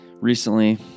recently